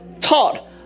taught